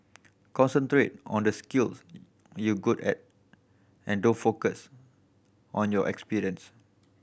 concentrate on the skills you're good at and don't focus on your experience